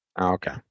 Okay